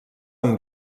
amb